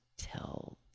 tell